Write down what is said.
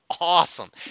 awesome